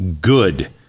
good